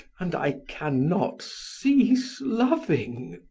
and i can not cease loving.